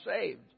saved